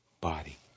body